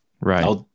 right